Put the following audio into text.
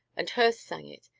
and hurst sang it,